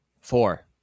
Four